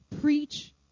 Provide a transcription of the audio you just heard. Preach